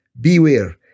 beware